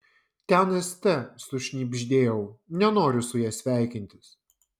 ten st sušnibždėjau nenoriu su ja sveikintis